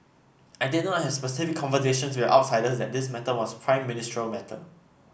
I did not have specific conversations with outsiders that this matter was a Prime Ministerial matter